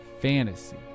fantasy